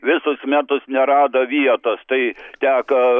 visus metus nerado vietos tai teko